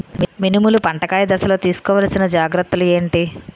మినుములు పంట కాయ దశలో తిస్కోవాలసిన జాగ్రత్తలు ఏంటి?